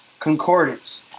Concordance